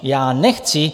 Já nechci!